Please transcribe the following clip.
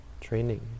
training